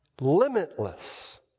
Limitless